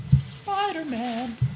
Spider-Man